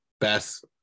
best